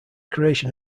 creation